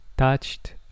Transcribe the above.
Touched